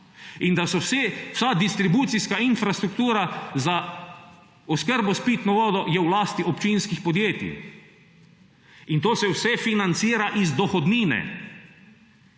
In da je vsa distribucijska infrastruktura za oskrbo s pitno vodo v lasti občinskih podjetij. In to se vse financira iz dohodnine.